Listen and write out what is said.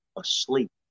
Asleep